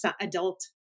adult